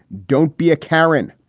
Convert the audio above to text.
don't be a karren.